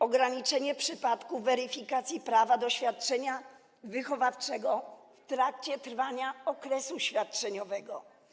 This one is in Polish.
Ograniczenie przypadków weryfikacji prawa do świadczenia wychowawczego w trakcie trwania okresu świadczeniowego.